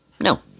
No